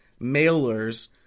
mailers